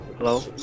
Hello